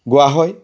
গোৱা হয়